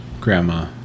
grandma